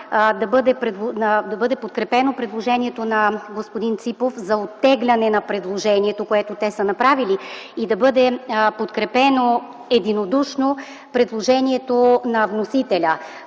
да бъде подкрепено предложението на господин Ципов за оттегляне на предложението, което те са направили, и да бъде подкрепено единодушно предложението на вносителя